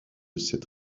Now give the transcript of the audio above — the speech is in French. cette